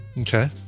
Okay